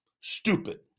stupid